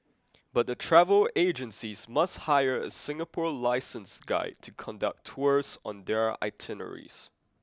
but the travel agencies must hire a Singapore licensed guide to conduct tours on their itineraries